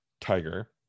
tiger